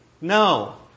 No